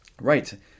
right